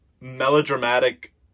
melodramatic